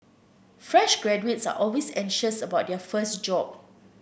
fresh graduates are always anxious about their first job